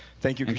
thank you,